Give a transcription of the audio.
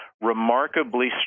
remarkably